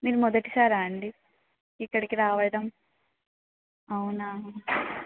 మీరు మొదటిసారా అండి ఇక్కడికి రావడం అవునా